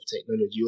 technology